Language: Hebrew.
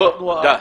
תודה.